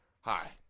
Hi